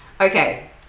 Okay